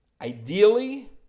Ideally